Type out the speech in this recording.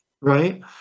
right